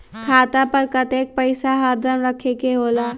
खाता पर कतेक पैसा हरदम रखखे के होला?